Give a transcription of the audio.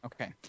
Okay